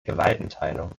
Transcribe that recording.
gewaltenteilung